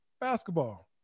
basketball